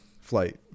flight